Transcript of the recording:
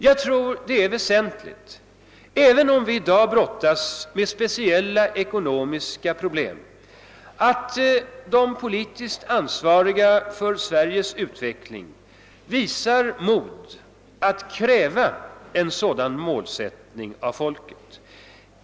Jag tror det är väsentligt att, även om vi i dag brottas med speciella ekonomiska problem, de som är politiskt ansvariga för Sveriges utveckling visar mod att av folket kräva en sådan målsättning.